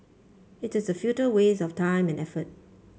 it is a futile waste of time and effort